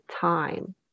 time